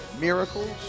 Miracles